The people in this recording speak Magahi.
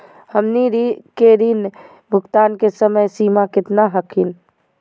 हमनी के ऋण भुगतान के समय सीमा केतना हखिन?